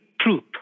truth